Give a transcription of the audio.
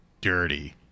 dirty